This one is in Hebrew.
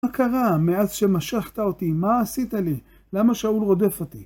מה קרה מאז שמשכת אותי? מה עשית לי? למה שאול רודף אותי?